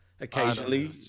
occasionally